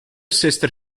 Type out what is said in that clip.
sister